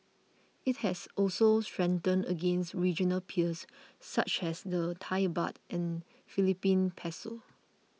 it has also strengthened against regional peers such as the Thai Baht and Philippine Peso